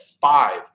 five